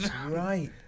Right